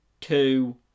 two